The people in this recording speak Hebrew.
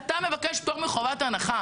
אתה מבקש פטור מחובת הנחה.